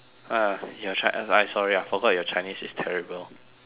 uh your chi~ I sorry I forgot your chinese is terrible